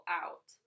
out